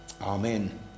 Amen